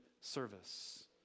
service